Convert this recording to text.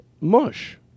mush